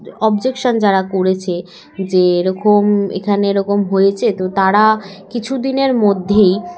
objection যারা করেছে যে এরকম এখানে এরকম হয়েছে তো তারা কিছু দিনের মধ্যেই